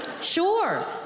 Sure